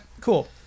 cool